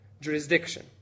jurisdiction